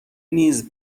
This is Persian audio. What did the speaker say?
نیز